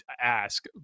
ask